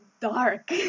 dark